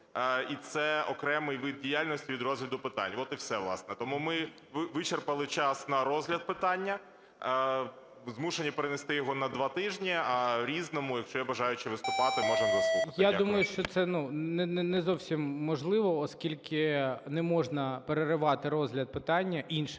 і це окремий вид діяльності від розгляду питань, от і все, власне. Тому ми вичерпали час на розгляд питання, змушені перенести його на два тижні. А в "Різному", якщо є бажаючі виступати, можемо заслухати. ГОЛОВУЮЧИЙ. Я думаю, що це, ну, не зовсім можливо, оскільки не можна переривати розгляд питання іншими